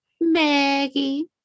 Maggie